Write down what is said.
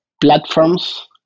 platforms